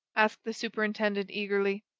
asked the superintendent, eagerly.